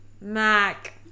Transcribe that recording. Mac